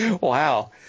Wow